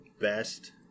best